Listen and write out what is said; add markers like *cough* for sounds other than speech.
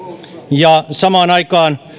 ja samaan aikaan *unintelligible*